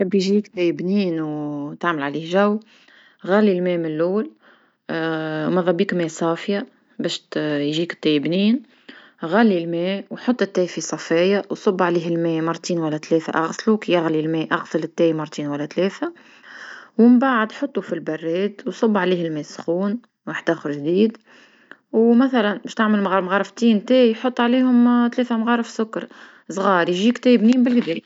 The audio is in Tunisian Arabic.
تحب يجيك تاي بنين أو وتعمل عليه جو؟ غلي الماء من لول مذا بيك ماء صافية باش ت- يجيك تاي نين، غلي الماء وحطي تاي في صفاية وصب عليه الما مرتين ولا ثلاثة. أغسلو كي يغلي الما اغسل تاي مرتين ولا ثلاثة، ومن بعد حطو في البراد وصب عليه الما سخون واحد أخر جديد او مثلا باش تعمل مغ- مغرفتين تاي حط عليهم ثلاثة مغارف سكر صغار يجي تاي بنين بالقدا.